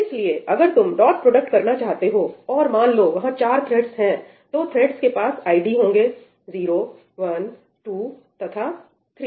इसलिए अगर तुम डॉट प्रोडक्ट करना चाहते हो और मान लो वहां चार थ्रेड्स हैं तो थ्रेड्स के पास आईडी होंगे 0 12 तथा 3